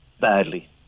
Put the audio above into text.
badly